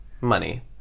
Money